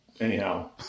anyhow